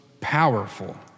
powerful